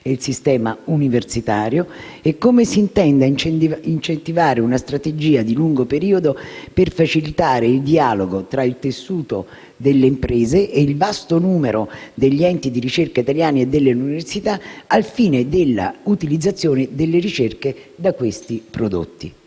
e il sistema universitario e come si intenda incentivare una strategia di lungo periodo per facilitare il dialogo tra il tessuto delle imprese e il vasto numero degli enti di ricerca italiani e delle università, al fine dell'utilizzazione delle ricerche da questi prodotti.